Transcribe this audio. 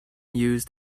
used